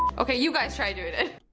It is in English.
okay, you guys try doing it.